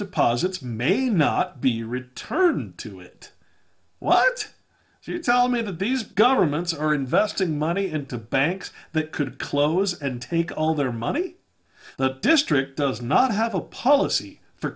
deposits may not be returned to it what do you tell me that these governments are investing money into banks that could close and take all their money the district does not have a policy for